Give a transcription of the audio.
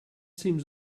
seems